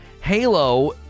Halo